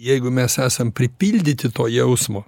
jeigu mes esam pripildyti to jausmo